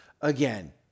Again